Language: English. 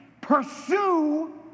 Pursue